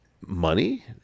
money